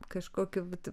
kažkokiu būdu